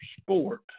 sport